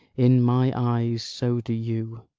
in my eye so do you